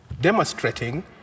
demonstrating